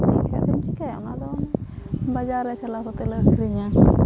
ᱵᱟᱹᱲᱛᱤᱜ ᱠᱷᱟᱱᱫᱚᱢ ᱪᱮᱠᱟᱹᱭᱟ ᱚᱱᱟᱫᱚ ᱚᱱᱮ ᱵᱟᱡᱟᱨ ᱨᱮ ᱪᱟᱞᱟᱣ ᱠᱟᱛᱮᱫᱞᱮ ᱟᱹᱠᱷᱨᱤᱧᱟ